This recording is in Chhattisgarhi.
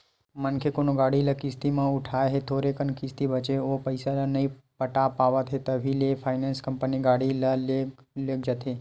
मनखे कोनो गाड़ी ल किस्ती म उठाय हे थोरे कन किस्ती बचें ओहा पइसा ल नइ पटा पावत हे तभो ले फायनेंस कंपनी गाड़ी ल लेग जाथे